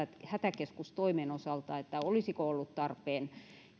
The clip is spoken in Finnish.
hätäkeskustoimen osalta olisiko ollut tarpeen